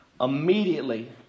Immediately